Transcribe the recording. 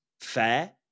fair